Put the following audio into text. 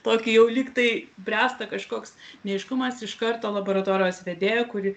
tokį jau lyg tai bręsta kažkoks neaiškumas iš karto laboratorijos vedėja kuri